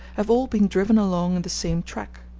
have all been driven along in the same track,